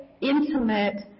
intimate